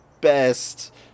best